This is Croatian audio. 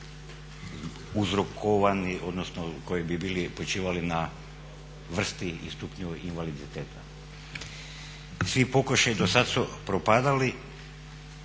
uzrokovani, odnosno koji bi počivali na vrsti i stupnju invaliditeta. Svi pokušaji dosad su propadali,